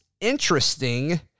interesting